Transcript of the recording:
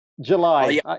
July